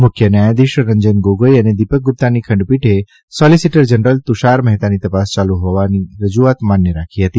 મુખ્ય ન્યાયાધીશશ્રી રંજન ગોગોઇ અને દીપક ગુપ્તાની ખંડપીઠે સોલીસીટર જનરલ તુષાર મહેતાની તપાસ ચાલુ હોવાની રજૂઆત માન્ય રાખી હતી